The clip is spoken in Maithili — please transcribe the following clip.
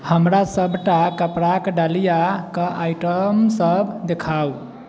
हमरा सभटा कपड़ाक डलिया कऽ आइटमसभ देखाउ